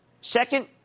Second